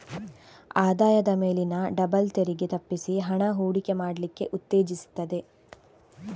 ಆದಾಯದ ಮೇಲಿನ ಡಬಲ್ ತೆರಿಗೆ ತಪ್ಪಿಸಿ ಹಣ ಹೂಡಿಕೆ ಮಾಡ್ಲಿಕ್ಕೆ ಉತ್ತೇಜಿಸ್ತದೆ